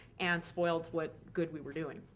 and spoiled what good we were doing.